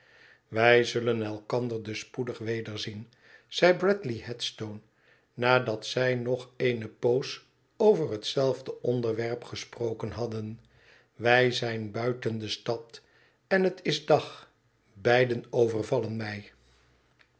wij zullen elkander dus spoedig wederzien zei bradley headstone nadat zij nog eene poos over het zelfde onderwerp gesproken hadden wij zijn buiten de stad en het is dag beiden overvallen mij